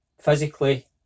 physically